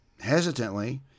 hesitantly